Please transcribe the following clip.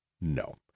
no